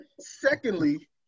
Secondly